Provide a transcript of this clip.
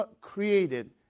created